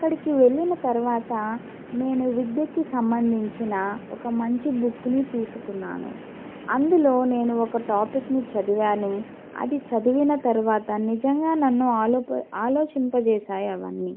అక్కడికి వెళ్ళిన తరవాత నేను విద్యకి సంబంధించిన ఒక మంచి బుక్ని తీసుకున్నాను అందులో నేను ఒక టాపిక్ని చదివాను అది చదివిన తరువాత నిజంగా నన్ను ఆలోప ఆలోచింప చేసాయి అవన్నీ